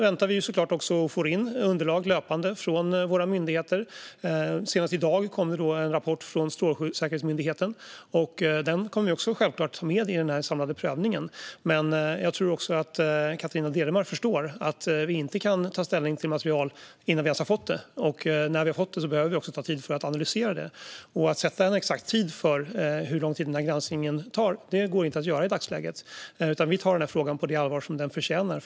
Vi får löpande in underlag från våra myndigheter. Senast i dag kom det in en rapport från Strålsäkerhetsmyndigheten, och den kommer vi självklart att ta med i den samlade prövningen. Jag tror att Catarina Deremar förstår att vi inte kan ta ställning till material innan vi ens har fått det, och när vi har fått det behöver vi tid för att analysera det. Att sätta en exakt tid för hur lång tid granskningen tar går inte att göra i dagsläget. Vi tar frågan på det allvar den förtjänar.